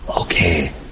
Okay